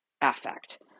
affect